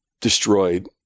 destroyed